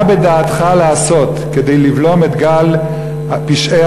מה בדעתך לעשות כדי לבלום את גל פשעי